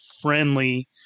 friendly